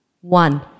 One